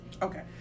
Okay